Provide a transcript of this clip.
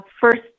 first